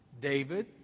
David